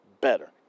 better